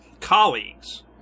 colleagues